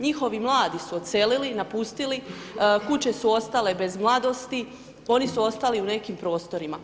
Njihovi mladi su odselili, napustili, kuće su ostale bez mladosti, oni su ostali u nekim prostorima.